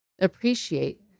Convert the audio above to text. Appreciate